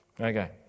Okay